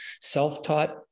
self-taught